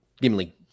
Gimli